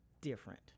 different